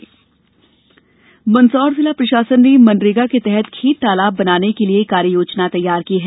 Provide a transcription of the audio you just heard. खेत तालाब मंदसौर जिला प्रशासन ने मनरेगा के तहत खेत तालाब बनाने के लिए कार्य योजना तैयार की है